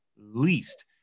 least